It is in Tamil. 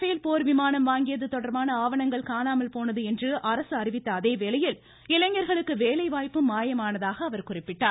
பேல் போர் விமானம் வாங்கியது தொடர்பான ஆவணங்கள் காணாமல் போனது என்று அரசு அறிவித்த அதே வேளையில் இளைஞர்களுக்கு வேலைவாய்ப்பும் மாயமானதாக அவர் குறிப்பிட்டார்